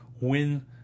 win